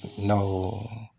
no